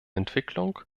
entwicklung